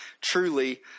truly